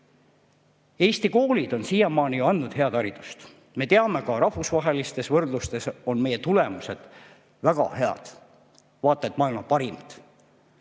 Eesti koolid on siiamaani andnud head haridust, ka rahvusvahelistes võrdlustes on meie tulemused väga head, vaata et maailma parimad.